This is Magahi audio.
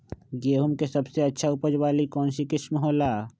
गेंहू के सबसे अच्छा उपज वाली कौन किस्म हो ला?